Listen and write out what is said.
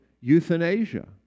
euthanasia